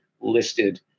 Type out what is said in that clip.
listed